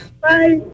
Bye